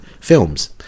films